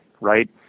right